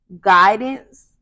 guidance